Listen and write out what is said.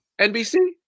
NBC